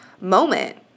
moment